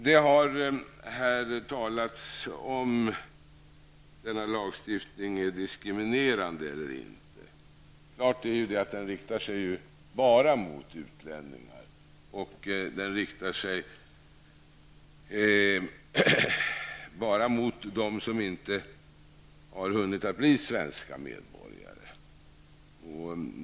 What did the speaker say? Det har här diskuterats huruvida denna lagstiftning är diskriminerande eller inte. Det står dock klart att den riktar sig enbart mot utlänningar och mot dem som inte har hunnit bli svenska medborgare.